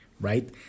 right